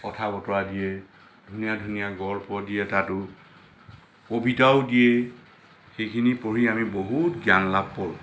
কথা বতৰা দিয়ে ধুনীয়া ধুনীয়া গল্প দিয়ে তাতো কবিতাও দিয়ে সেইখিনি পঢ়ি আমি বহুত জ্ঞান লাভ কৰোঁ